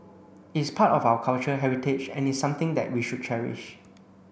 it's part of our culture heritage and is something that we should cherish